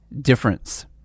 difference